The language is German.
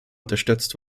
unterstützt